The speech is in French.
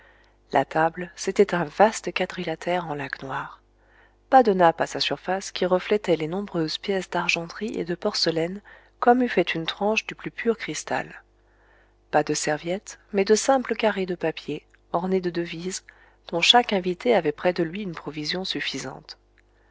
la table c'était un vaste quadrilatère en laque noire pas de nappe à sa surface qui reflétait les nombreuses pièces d'argenterie et de porcelaine comme eût fait une tranche du plus pur cristal pas de serviettes mais de simples carrés de papier ornés de devises dont chaque invité avait près de lui une provision suffisante